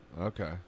okay